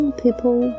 people